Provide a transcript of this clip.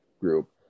group